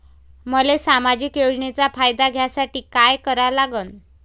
मले सामाजिक योजनेचा फायदा घ्यासाठी काय करा लागन?